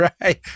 Right